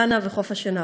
גאנה וחוף-השנהב.